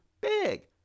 big